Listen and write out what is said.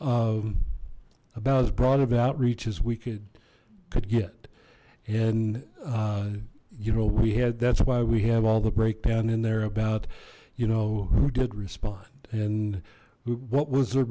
about as broad about reaches we could could get and you know we had that's why we have all the breakdown in there about you know who did respond and what was